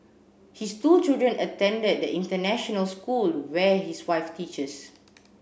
his two children attend the international school where his wife teaches